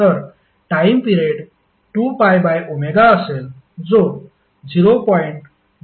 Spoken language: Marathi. तर टाइम पिरेड 2πω असेल जो 0